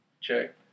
check